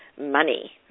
money